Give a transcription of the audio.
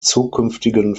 zukünftigen